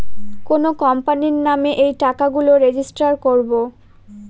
কোনো কোম্পানির নামে এই টাকা গুলো রেজিস্টার করবো